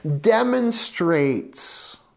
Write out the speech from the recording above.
demonstrates